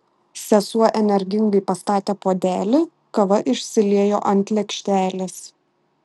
sesuo energingai pastatė puodelį kava išsiliejo ant lėkštelės